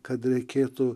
kad reikėtų